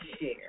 share